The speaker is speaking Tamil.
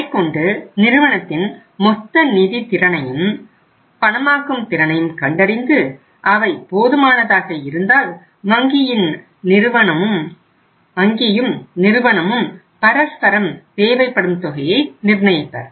அதைக்கொண்டு நிறுவனத்தின் மொத்த நிதி திறனையும் பணமாக்கும் திறனையும் கண்டறிந்து அவை போதுமானதாக இருந்தால் வங்கியின் நிறுவனமும் பரஸ்பரம் தேவைப்படும் தொகையை நிர்ணயிப்பர்